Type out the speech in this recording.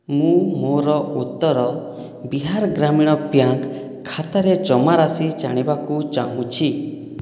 ମୁଁ ମୋର ଉତ୍ତର ବିହାର ଗ୍ରାମୀଣ ବ୍ୟାଙ୍କ ଖାତାରେ ଜମାରାଶି ଜାଣିବାକୁ ଚାହୁଁଛି